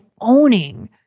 owning